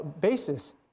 basis